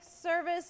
service